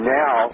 now